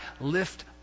lift